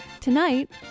Tonight